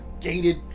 gated